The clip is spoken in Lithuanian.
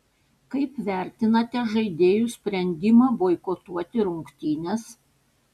kaip vertinate žaidėjų sprendimą boikotuoti rungtynes